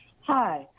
Hi